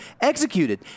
executed